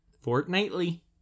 Fortnightly